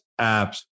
apps